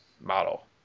model